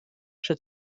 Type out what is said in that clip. sche